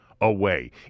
away